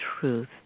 truth